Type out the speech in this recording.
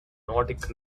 nordic